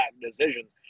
decisions